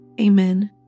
Amen